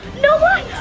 no way!